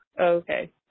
Okay